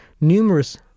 numerous